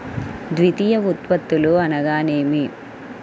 ద్వితీయ ఉత్పత్తులు అనగా నేమి?